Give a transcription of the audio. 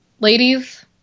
Ladies